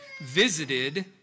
visited